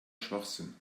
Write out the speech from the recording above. schwachsinn